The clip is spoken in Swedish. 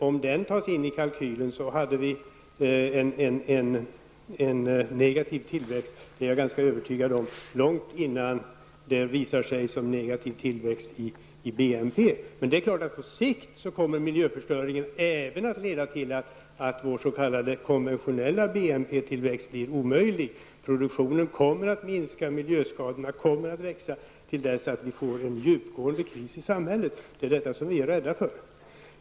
Om de tas in i kalkylen hade vi haft en negativ tillväxt, det är jag ganska övertygad om, långt innan den visar sig som negativ tillväxt i BNP. Men det är klart att på sikt kommer miljöförstöringen även att leda till att vår s.k. konventionella BNP-tillväxt blir omöjlig. Produktionen kommer att minska och miljöskadorna kommer att växa tills vi får en djupgående kris i samhället. Det är detta som vi är rädda för.